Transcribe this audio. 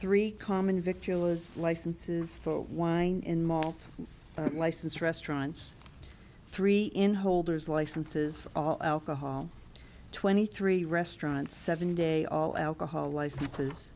three common victor was licenses for wine in malt license restaurants three in holders licenses for all alcohol twenty three restaurants seven day all alcohol licenses